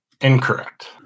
Incorrect